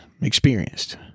experienced